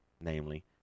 namely